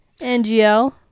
ngl